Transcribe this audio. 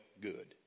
good